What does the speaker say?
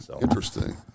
Interesting